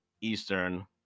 Eastern